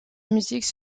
musique